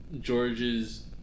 George's